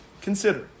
Consider